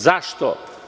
Zašto?